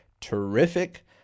Terrific